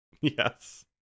Yes